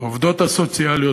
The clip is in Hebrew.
העובדות הסוציאליות,